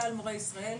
כלל מורי ישראל,